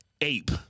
ape